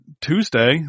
Tuesday